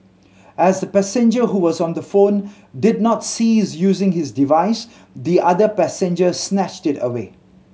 as the passenger who was on the phone did not cease using his device the other passenger snatched it away